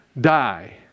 die